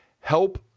help